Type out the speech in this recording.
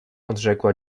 odrzekła